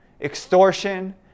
extortion